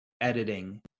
editing